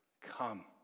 Come